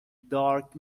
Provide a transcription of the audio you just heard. dark